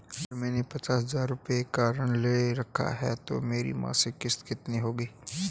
अगर मैंने पचास हज़ार रूपये का ऋण ले रखा है तो मेरी मासिक किश्त कितनी होगी?